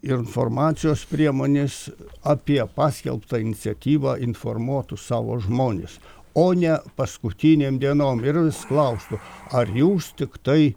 informacijos priemonės apie paskelbtą iniciatyvą informuotų savo žmones o ne paskutinėm dienom ir klaustų ar jūs tiktai